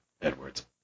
Edwards